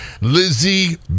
Lizzie